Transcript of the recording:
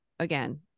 again